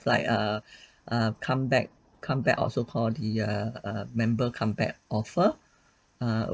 like uh uh come back come back also call the err err member come back offer err